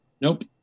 Nope